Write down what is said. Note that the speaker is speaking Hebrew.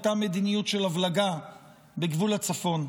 הייתה מדיניות של הבלגה בגבול הצפון,